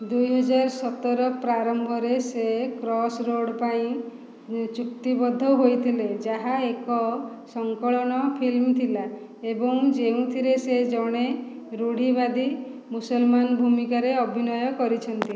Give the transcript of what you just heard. ଦୁଇହଜାର ସତର ପ୍ରାରମ୍ଭରେ ସେ କ୍ରସରୋଡ୍ ପାଇଁ ଚୁକ୍ତିବଦ୍ଧ ହୋଇଥିଲେ ଯାହା ଏକ ସଙ୍କଳନ ଫିଲ୍ମ ଥିଲା ଏବଂ ଯେଉଁଥିରେ ସେ ଜଣେ ରୁଢ଼ିବାଦୀ ମୁସଲମାନ ଭୂମିକାରେ ଅଭିନୟ କରିଛନ୍ତି